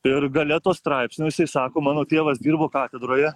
ir gale to straipsnio jisai sako mano tėvas dirbo katedroje